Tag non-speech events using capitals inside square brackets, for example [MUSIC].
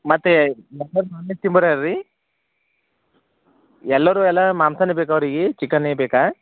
ಮತ್ತು [UNINTELLIGIBLE] ತಿಂಬೋರ್ ಯಾರು ರೀ ಎಲ್ಲರು ಎಲ್ಲ ಮಾಂಸನೆ ಬೇಕು ಅವ್ರಿಗೆ ಚಿಕನೆ ಬೇಕಾ